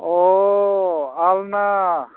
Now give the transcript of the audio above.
अ आलना